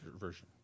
version